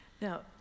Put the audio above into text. Now